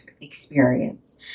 experience